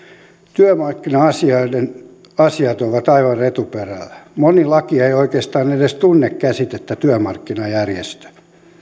työmarkkina asiat ovat aivan retuperällä moni laki ei oikeastaan edes tunne käsitettä työmarkkinajärjestö